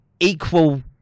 Equal